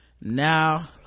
now